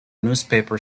newspaper